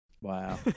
wow